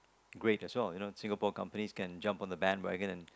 great as well you know Singapore companies can jump on the bandwagon and